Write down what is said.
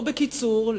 או בקיצור,